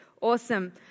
Awesome